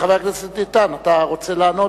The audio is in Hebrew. חבר הכנסת איתן, אתה רוצה לענות?